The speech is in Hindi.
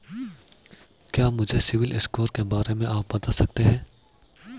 क्या मुझे सिबिल स्कोर के बारे में आप बता सकते हैं?